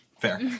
Fair